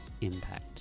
impact